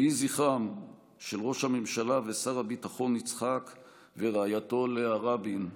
יהי זכרם של ראש הממשלה ושר הביטחון יצחק רבין ורעייתו לאה רבין ברוך.